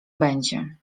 będzie